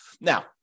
Now